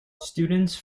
students